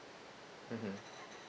mm hmm